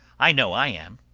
i know i am.